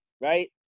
right